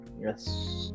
Yes